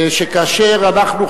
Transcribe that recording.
שכאשר אנחנו,